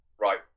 right